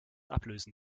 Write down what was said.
ablösen